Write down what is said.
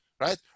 right